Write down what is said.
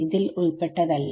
ൽ ഉൾപ്പെട്ടതല്ല